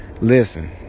listen